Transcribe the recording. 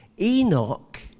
Enoch